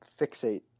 fixate